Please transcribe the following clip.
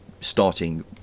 starting